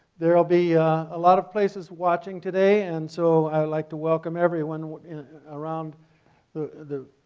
there will be a lot of places watching today and so i'd like to welcome everyone around the the